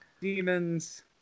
demons